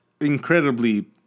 incredibly